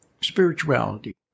spirituality